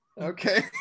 Okay